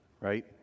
right